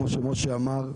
כמו שמשה אמר,